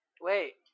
Wait